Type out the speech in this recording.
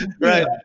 Right